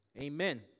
Amen